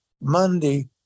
Monday